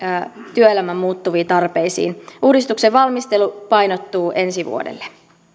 työelämän muuttuviin tarpeisiin uudistuksen valmistelu painottuu ensi vuodelle